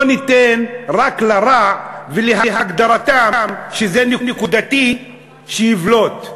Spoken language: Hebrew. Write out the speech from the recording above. לא ניתן רק לרע ולהגדרתם שזה נקודתי שיבלטו.